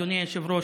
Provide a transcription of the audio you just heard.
אדוני היושב-ראש,